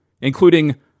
including